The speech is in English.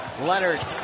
Leonard